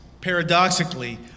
paradoxically